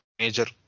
major